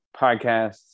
podcasts